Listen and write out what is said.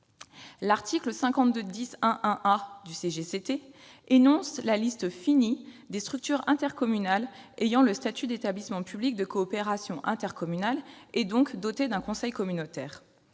territoriales énonce la liste finie des structures intercommunales ayant le statut d'établissements publics de coopération intercommunale, donc dotées d'un conseil communautaire.